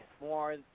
more